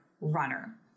runner